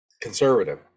conservative